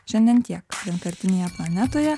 šiandien tiek vienkartinėje planetoje